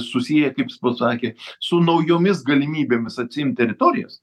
susiję kaip jis pasakė su naujomis galimybėmis atsiimt teritorijas